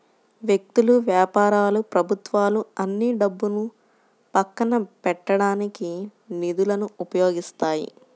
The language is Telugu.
వ్యక్తులు, వ్యాపారాలు ప్రభుత్వాలు అన్నీ డబ్బును పక్కన పెట్టడానికి నిధులను ఉపయోగిస్తాయి